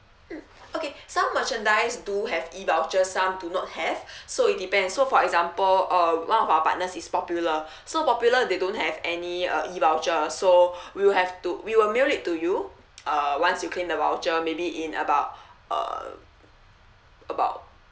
mm okay some merchandise do have e vouchers some do not have so it depends so for example uh one of our partners is popular so popular they don't have any uh e voucher so we will have to we will mail it to you uh once you claim the voucher maybe in about uh about